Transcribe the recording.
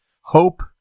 hope